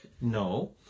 No